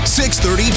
6.30